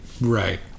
Right